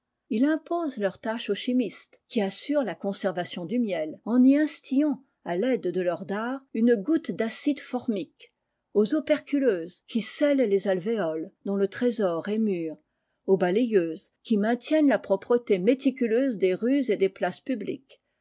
il impose leur tâche aux chimistes qui assurent la conservation du miel en y instillant à taide de leur dard une goutte d'acide formique aux operculeuses qui scellent les alvéoles dont le trésor est mûr aux balayeuses qui maintiennent la propreté méticuleuse des rues et des places publiques